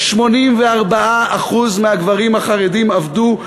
84% מהגברים החרדים עבדו.